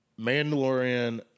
Mandalorian